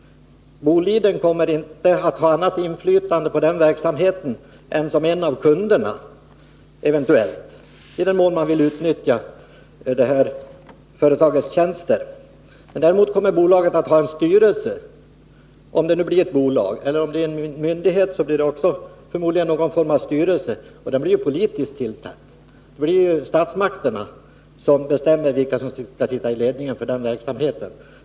Boliden kommer inte att ha annat inflytande på den verksamheten än eventuellt som en av kunderna, i den mån Boliden vill utnyttja företagets tjänster. Däremot kommer bolaget — om det nu blir ett bolag — att ha en styrelse. Blir det inte ett bolag, utan en myndighet, blir det förmodligen också någon form av styrelse, och den blir ju politiskt tillsatt. Det är statsmakterna som bestämmer vilka som skall sitta i ledningen för den verksamheten.